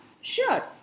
Sure